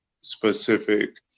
specific